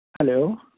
hello